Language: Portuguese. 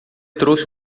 trouxe